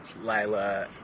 Lila